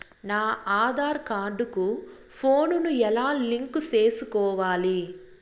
నా ఆధార్ కార్డు కు ఫోను ను ఎలా లింకు సేసుకోవాలి?